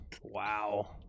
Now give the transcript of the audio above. Wow